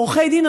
עורכי דין,